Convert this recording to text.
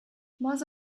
most